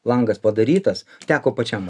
langas padarytas teko pačiam